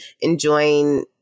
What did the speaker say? enjoying